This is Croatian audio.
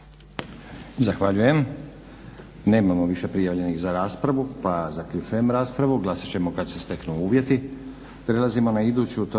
Zahvaljujem. Nemamo više prijavljenih za raspravu pa zaključujem raspravu. Glasat ćemo kad se steknu uvjeti.